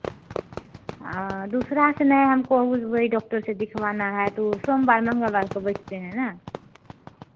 दूसरा से नहीं हमको उस वही डॉक्टर से दिखवाना है तो वो सोमवार मंगलवार को बैठते हैं ना